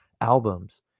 albums